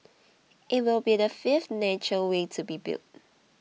it will be the fifth nature way to be built